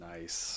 Nice